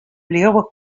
bliuwe